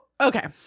okay